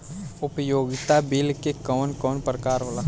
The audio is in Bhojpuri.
उपयोगिता बिल के कवन कवन प्रकार होला?